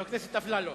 חבר הכנסת אפללו.